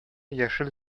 яшел